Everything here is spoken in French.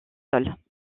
sols